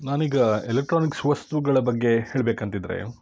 ನಾನೀಗ ಎಲೆಕ್ಟ್ರಾನಿಕ್ಸ್ ವಸ್ತುಗಳ ಬಗ್ಗೆ ಹೇಳ್ಬೇಕಂತಿದ್ರೆ